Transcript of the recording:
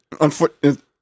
Unfortunately